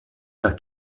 der